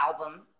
album